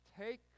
take